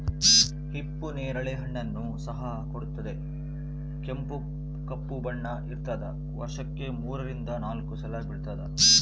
ಹಿಪ್ಪು ನೇರಳೆ ಹಣ್ಣನ್ನು ಸಹ ಕೊಡುತ್ತದೆ ಕೆಂಪು ಕಪ್ಪು ಬಣ್ಣ ಇರ್ತಾದ ವರ್ಷಕ್ಕೆ ಮೂರರಿಂದ ನಾಲ್ಕು ಸಲ ಬಿಡ್ತಾದ